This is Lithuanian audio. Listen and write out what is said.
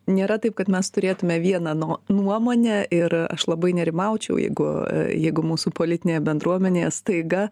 nėra taip kad mes turėtume vieną no nuomonę ir aš labai nerimaučiau jeigu jeigu mūsų politinėje bendruomenėje staiga